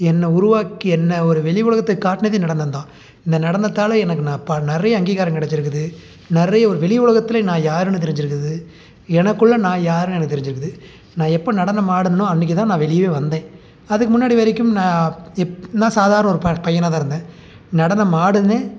என்ன உருவாக்கிய என்ன ஒரு வெளி உலகத்துக்கு காட்டுனதே நடனம்தான் இந்த நடனத்தால் எனக்கு நான் பா நிறையா அங்கீகாரம் கிடச்சிருக்குது நிறையா ஒரு வெளி உலகத்துல நான் யாருன்னு தெரிஞ்சுருக்குது எனக்குள்ளே நான் யாருன்னு எனக்கு தெரிஞ்சுருக்குது நான் எப்போ நடனம் ஆடுனேன்னோ அன்னைக்குதான் நான் வெளியேவே வந்தேன் அதுக்கு முன்னாடி வரைக்கும் நான் இப்ப நான் சாதாரண ஒரு ப பையனாகதான் இருந்தேன் நடனம் ஆடுனேன்